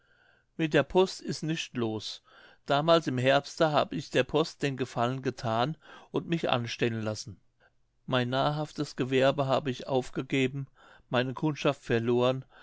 mit der post is nischt los damals im herbste hab ich der post den gefallen getan und mich anstellen lassen mei nahrhaftes gewerbe hab ich aufgegeben meine kundschaft verloren